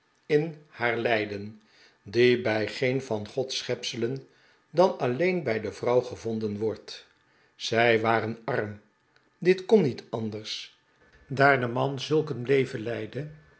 in haar lijden die bij geen van gods schepselen dan alleen bij de vrouw gevonden worden zij waren arm dit kon niet anders daar de man zulk een leven leidde